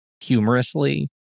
humorously